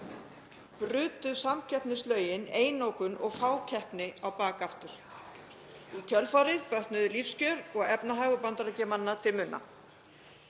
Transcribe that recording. brutu samkeppnislögin einokun og fákeppni á bak aftur og í kjölfarið bötnuðu lífskjör og efnahagur Bandaríkjamanna til muna.